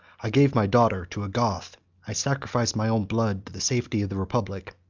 i gave my daughter to a goth i sacrificed my own blood to the safety of the republic.